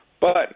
But-